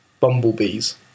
Bumblebees